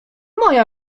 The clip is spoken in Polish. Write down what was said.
moja